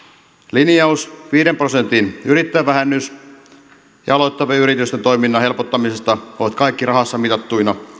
linjaus viiden prosentin yrittäjävähennyksestä ja aloittavien yritysten toiminnan helpottamisesta ovat kaikki rahassa mitattuina